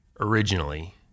originally